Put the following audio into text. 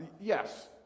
Yes